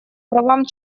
правам